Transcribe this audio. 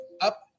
Up